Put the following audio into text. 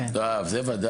כן, זה בוודאי.